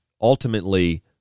ultimately